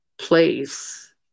place